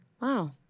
Wow